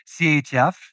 CHF